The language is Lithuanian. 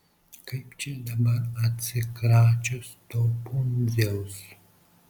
kaip čia dabar atsikračius to pundziaus